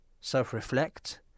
self-reflect